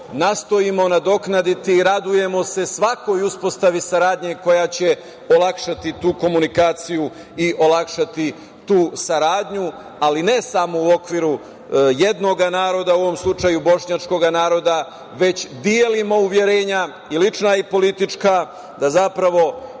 nastojimo nadoknaditi, radujemo se svakoj uspostavi saradnje koja će olakšati tu komunikaciju i olakšati tu saradnju, ali ne samo u okviru jednog naroda, u ovom slučaju bošnjačkog naroda, već delimo uverenja i lična i politička, da zapravo